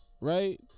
right